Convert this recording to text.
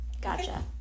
Gotcha